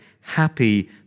happy